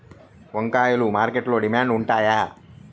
వంకాయలు మార్కెట్లో డిమాండ్ ఉంటాయా?